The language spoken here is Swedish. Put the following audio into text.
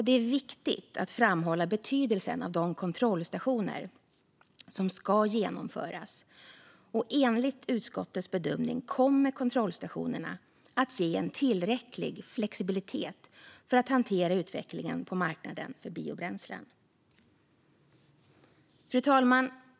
Det är viktigt att framhålla betydelsen av de kontrollstationer som ska genomföras, och enligt utskottets bedömning kommer kontrollstationerna att ge en tillräcklig flexibilitet för att hantera utvecklingen på marknaden för biobränslen. Fru talman!